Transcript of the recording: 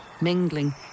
mingling